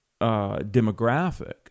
demographic